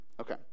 okay